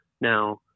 Now